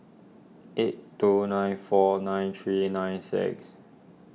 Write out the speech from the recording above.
eight two nine four nine three nine six